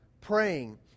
praying